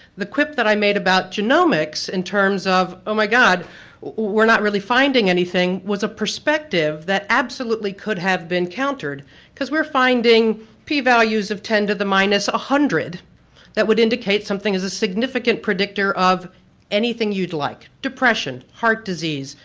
the quip that i made about genomics in terms of oh my god we are not really finding anything was a perspective that absolutely could have been countered we are finding p values of ten to the minus ah hundred that would indicate something as a significant predictor of anything you'd like depression, heart disease,